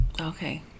Okay